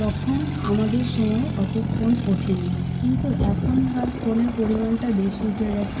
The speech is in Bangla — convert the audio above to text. তখন আমাদের সময় অত ফোন ওঠেনি কিন্তু এখনকার ফোনের পরিমাণটা বেশি উঠে গিয়েছে